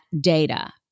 data